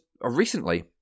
recently